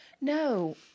No